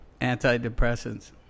Antidepressants